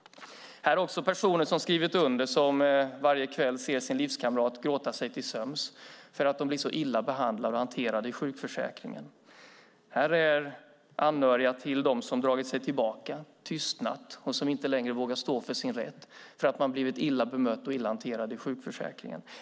Här finns också personer som har skrivit under som varje kväll ser sina livskamrater gråta sig till sömns därför att de blir så illa behandlade och hanterade i sjukförsäkringen. Här finns anhöriga till dem som har dragit sig tillbaka och tystnat och som inte längre vågar stå för sin rätt därför att de har blivit illa bemötta och illa hanterade i sjukförsäkringen.